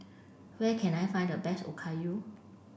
where can I find the best Okayu